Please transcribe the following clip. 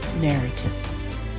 narrative